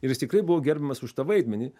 ir jis tikrai buvo gerbiamas už tą vaidmenį